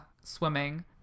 swimming